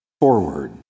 forward